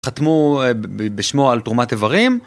חתמו בשמו על תרומת איברים